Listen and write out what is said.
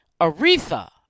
Aretha